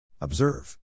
Observe